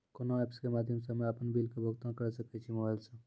कोना ऐप्स के माध्यम से हम्मे अपन बिल के भुगतान करऽ सके छी मोबाइल से?